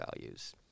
values